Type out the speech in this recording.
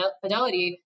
Fidelity